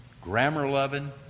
grammar-loving